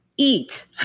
eat